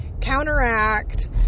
counteract